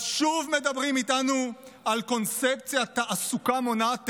אז שוב מדברים איתנו על קונצפציית "תעסוקה מונעת טרור"?